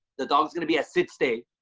the dog is going to be a sitted state.